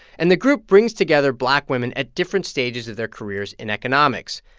and the group brings together black women at different stages of their careers in economics.